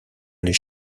aller